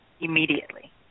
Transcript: immediately